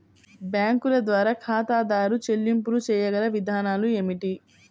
బ్యాంకుల ద్వారా ఖాతాదారు చెల్లింపులు చేయగల విధానాలు ఏమిటి?